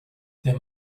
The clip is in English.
there